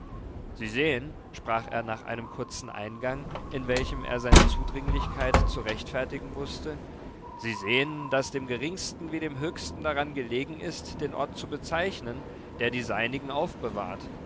sie sehen sprach er nach einem kurzen eingang in welchem er seine zudringlichkeit zu rechtfertigen wußte sie sehen daß dem geringsten wie dem höchsten daran gelegen ist den ort zu bezeichnen der die seinigen aufbewahrt